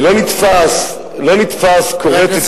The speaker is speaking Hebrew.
לא נתפס כורת עצים,